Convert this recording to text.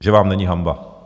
Že vám není hanba!